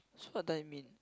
so what do I mean